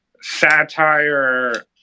satire